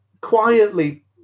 quietly